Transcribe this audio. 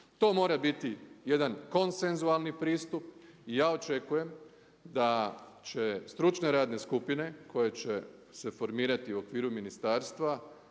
To mora biti jedan konsenzualni pristup i ja očekujem da će stručne radne skupine koje će se formirati u okviru ministarstva